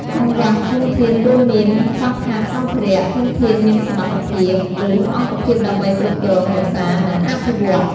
កង្វះធនធានរួមមាន ខ្វះខាតសម្ភារៈ ធនធានមានសមត្ថភាព ឬអង្គភាពដើម្បីគ្រប់គ្រង រក្សា និងអភិវឌ្ឍ។